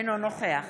אינו נוכח